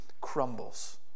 crumbles